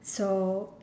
so